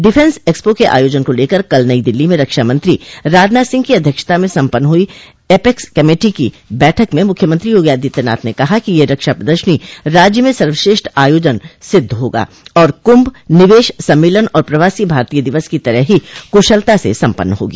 defence expo के आयोजन को लेकर कल नेई दिल्ली में रक्षा मंत्री राजनाथ सिंह की अध्यक्षता में सम्पन्न हई एपेक्स कमेटी की बैठक में मुख्यमंत्री योगी आदित्यनाथ ने कहा कि यह रक्षा प्रदर्शनी राज्य में सर्वश्रेष्ठ आयोजन सिद्ध होगी और कुम्म निवेश सम्मेलन और प्रवासी भारतीय दिवस की तरह ही कुशलता से सम्पन्न होगी